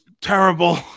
terrible